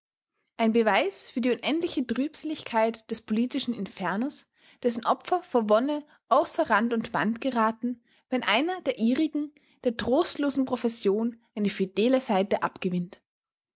ein beweis für die unendliche trübseligkeit des politischen infernos dessen opfer vor wonne außer rand und band geraten wenn einer der ihrigen der trostlosen profession eine fidele seite abgewinnt